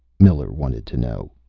miller wanted to know.